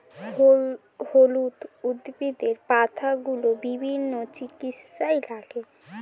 হলুদ উদ্ভিদের পাতাগুলো বিভিন্ন চিকিৎসায় লাগে